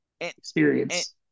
experience